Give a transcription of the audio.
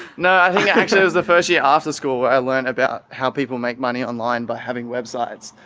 yeah i think actually it was the first year after school i learned about how people make money online by having websites.